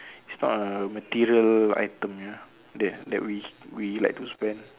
it's not a material item ya that that we we like to spend